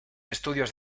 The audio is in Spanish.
estudios